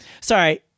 Sorry